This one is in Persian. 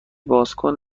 بازکن